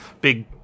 big